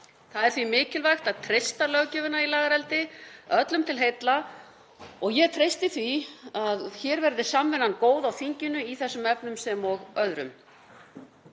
Því er mikilvægt að treysta löggjöfina í lagareldi öllum til heilla og ég treysti því að hér verði samvinnan góð á þinginu í þessum efnum sem öðrum.